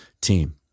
team